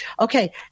Okay